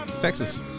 Texas